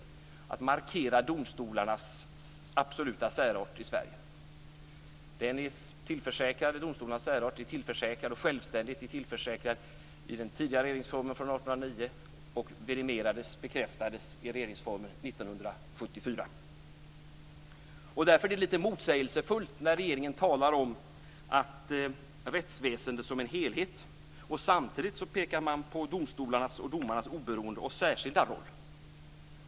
Det är viktigt att man i en sådan här debatt markerar domstolarnas absoluta särart i Sverige. Domstolarnas särart och självständighet tillförsäkrades i den tidigare regeringsformen från år 1809 och bekräftades i regeringsformen från år 1974. Därför är det lite motsägelsefullt när regeringen talar om rättsväsendet som en helhet och samtidigt pekar på domstolarnas och domarnas oberoende och särskilda roll.